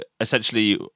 essentially